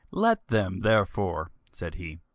let them therefore, said he,